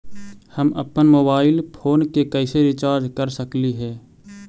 हम अप्पन mobile phone के कैसे रिचार्ज कर सकली हे?